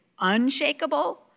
unshakable